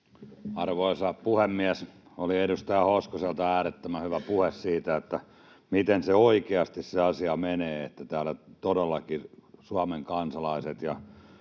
Arvoisa puhemies! Oli edustaja Hoskoselta äärettömän hyvä puhe siitä, miten se asia oikeasti menee: Täällä todellakin Suomen kansalaiset ja